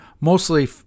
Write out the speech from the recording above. mostly